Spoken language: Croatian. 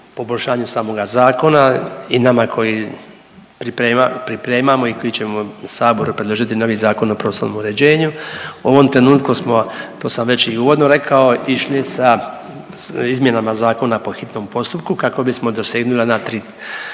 poboljšanju samoga zakona i nama koji pripremamo i koji ćemo Saboru predložiti novi Zakon o prostornom uređenju. U ovom trenutku smo, to sam već i uvodno rekao išli sa izmjenama zakona po hitnom postupku kako bismo dosegnuli ona tri